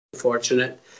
fortunate